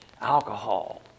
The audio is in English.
alcohol